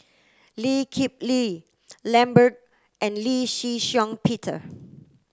Lee Kip Lee Lambert and Lee Shih Shiong Peter